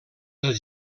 dels